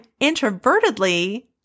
introvertedly